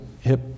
hip